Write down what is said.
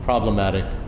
Problematic